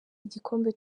igikombe